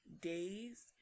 days